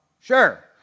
Sure